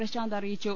പ്രശാന്ത് അറിയിച്ചു